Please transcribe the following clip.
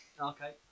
Okay